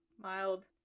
Mild